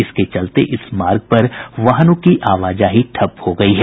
इसके चलते इस मार्ग पर वाहनों की आवाजाही ठप्प हो गयी है